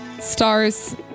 Stars